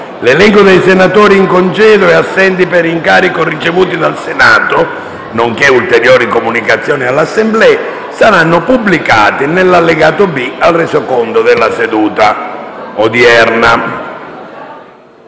L'elenco dei senatori in congedo e assenti per incarico ricevuto dal Senato, nonché ulteriori comunicazioni all'Assemblea saranno pubblicati nell'allegato B al Resoconto della seduta odierna.